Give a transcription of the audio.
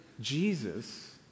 Jesus